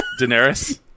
Daenerys